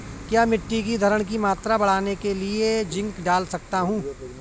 क्या मिट्टी की धरण की मात्रा बढ़ाने के लिए जिंक डाल सकता हूँ?